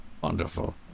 Wonderful